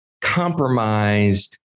compromised